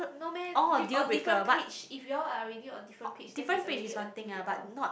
no meh orh on different page if you are already on different then is already a deal breaker